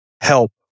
help